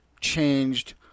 changed